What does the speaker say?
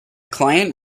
client